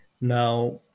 Now